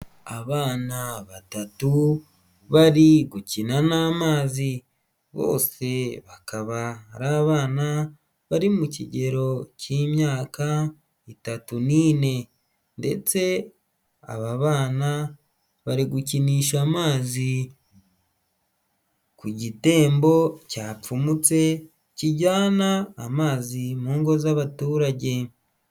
Abana batatu bari gukina n'amazi, bose bakaba ari abana bari mu kigero cy'imyaka itatu n'ine ndetse aba bana bari gukinisha amazi ku gitembo cyapfumutse kijyana amazi mu ngo z'abaturage.